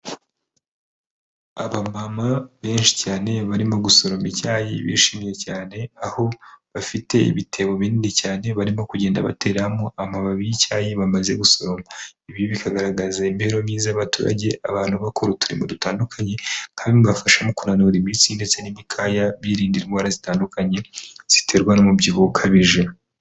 Ababama benshi cyane barimo gusoroma icyayi bishimye cyane aho bafite ibitebo binini cyane barimo kugenda bateramo amababi y'icyayi bamaze gusoroma ibibi bikagaragaza imibereho myiza y’abaturage abantu bakora uturimo dutandukanye kandi bibafasha mu kunanura imitsi ndetse n'imikaya birinda indwara zitandukanye ziterwa n'umubyibuho ukabije.